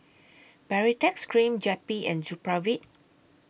Baritex Cream Jappy and Supravit